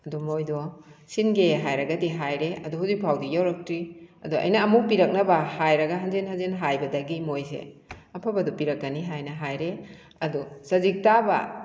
ꯑꯗꯨ ꯃꯣꯏꯗꯣ ꯁꯤꯟꯒꯦ ꯍꯥꯏꯔꯒꯗꯤ ꯍꯥꯏꯔꯦ ꯑꯗꯨ ꯍꯧꯖꯤꯛꯐꯥꯎꯗꯤ ꯌꯧꯔꯛꯇ꯭ꯔꯤ ꯑꯗꯣ ꯑꯩꯅ ꯑꯃꯨꯛ ꯄꯤꯔꯛꯅꯕ ꯍꯥꯏꯔꯒ ꯍꯟꯖꯤꯟ ꯍꯟꯖꯤꯟ ꯍꯥꯏꯕꯗꯒꯤ ꯃꯣꯏꯁꯦ ꯑꯐꯕꯗꯣ ꯄꯤꯔꯛꯀꯅꯤ ꯍꯥꯏꯅ ꯍꯥꯏꯔꯦ ꯑꯗꯣ ꯆꯖꯤꯛ ꯇꯥꯕ